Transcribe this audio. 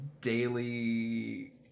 daily